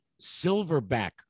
silverback